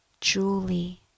Julie